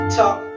talk